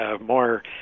more